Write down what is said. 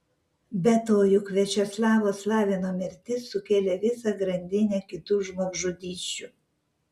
be to juk viačeslavo slavino mirtis sukėlė visą grandinę kitų žmogžudysčių